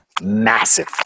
massive